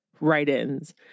write-ins